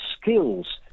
skills